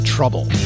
Trouble